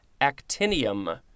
actinium